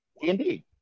Indeed